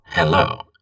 Hello